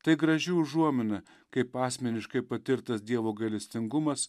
tai graži užuomina kaip asmeniškai patirtas dievo gailestingumas